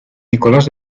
nicolás